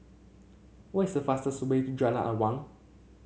what is the fastest way to Jalan Awang